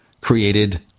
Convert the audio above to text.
created